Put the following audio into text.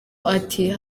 ati